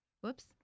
Whoops